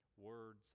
words